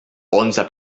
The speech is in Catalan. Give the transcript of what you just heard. onze